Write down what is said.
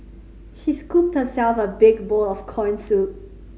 she scooped herself a big bowl of corn soup